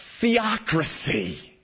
theocracy